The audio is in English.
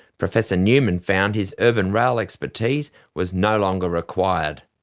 professor newman found his urban rail expertise was no longer required.